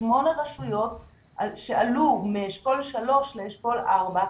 בשמונה רשויות שעלו מאשכול 3 לאשכול 4,